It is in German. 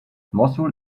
mossul